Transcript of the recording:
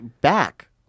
back